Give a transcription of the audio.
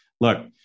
look